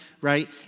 right